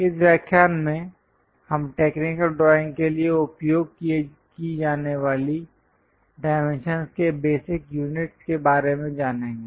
इस व्याख्यान में हम टेक्निकल ड्राइंग के लिए उपयोग की जाने वाली डाइमेंशंस के बेसिक यूनिट के बारे में जानेंगे